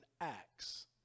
Acts